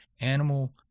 animal